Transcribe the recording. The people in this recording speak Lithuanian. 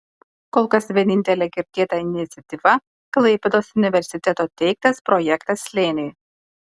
kol kas vienintelė girdėta iniciatyva klaipėdos universiteto teiktas projektas slėniui